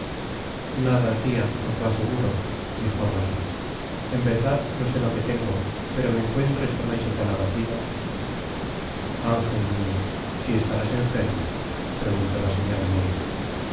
nada tia os lo aseguro dijo rosaen verdad no sé lo que tengo pero me encuentro esta noche tan abatida angel mío si estarás enferma preguntó la señora